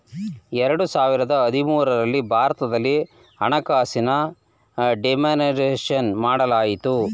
ಎರಡು ಸಾವಿರದ ಹದಿಮೂರಲ್ಲಿ ಭಾರತದಲ್ಲಿ ಹಣದ ಡಿಮಾನಿಟೈಸೇಷನ್ ಮಾಡಲಾಯಿತು